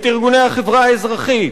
את ארגוני החברה האזרחית,